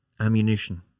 ammunition